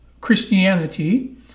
Christianity